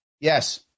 Yes